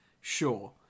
Sure